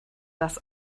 das